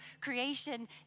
creation